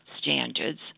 standards